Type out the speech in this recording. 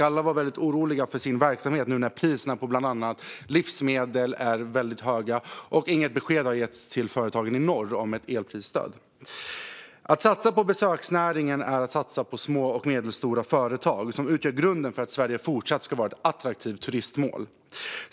Alla var oroliga för sina verksamheter nu när priserna på bland annat livsmedel är väldigt höga och inget besked har getts till företagen i norr om ett elprisstöd. Att satsa på besöksnäringen är att satsa på små och medelstora företag, som utgör grunden för att Sverige fortsatt ska vara ett attraktivt turistmål.